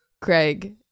Craig